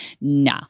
No